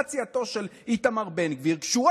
שחברת סיעתו של איתמר בן גביר קשורה